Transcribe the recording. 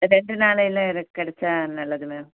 ரெண்டு நாளையில எனக்கு கிடச்சா நல்லது மேம்